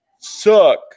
Suck